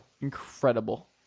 Incredible